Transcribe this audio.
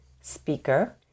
speaker